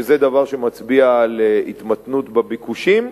וזה דבר שמצביע על התמתנות בביקושים,